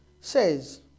Says